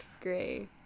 gray